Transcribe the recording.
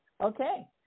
Okay